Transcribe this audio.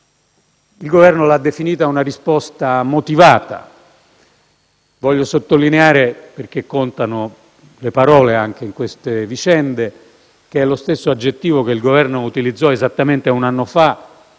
Il Governo l'ha definita una risposta motivata. Voglio sottolineare (perché in queste vicende contano anche le parole) che è lo stesso aggettivo che il Governo utilizzò esattamente un anno fa,